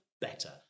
better